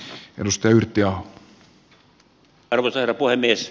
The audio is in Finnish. arvoisa herra puhemies